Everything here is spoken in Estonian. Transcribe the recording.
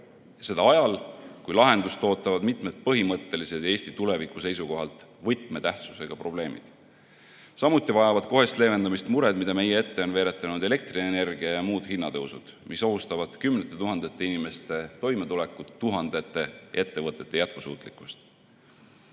Seda ajal, kui lahendust ootavad mitmed põhimõttelised ja Eesti tuleviku seisukohalt võtmetähtsusega probleemid. Samuti vajavad kohest leevendamist mured, mida meie ette on veeretanud elektrienergia kallinemine ja muud hinnatõusud, mis ohustavad kümnete tuhandete inimeste toimetulekut, tuhandete ettevõtete jätkusuutlikkust.